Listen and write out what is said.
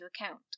account